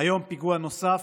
היום פיגוע נוסף,